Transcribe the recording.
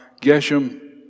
Geshem